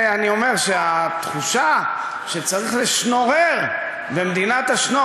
אני אומר שהתחושה כשצריך לשנורר במדינת השנור